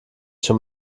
schon